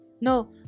no